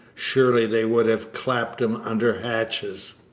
surely they would have clapped him under hatches.